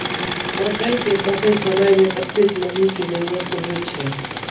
मकई केँ पकै समय मे कतेक नमी केँ जरूरत होइ छै?